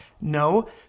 No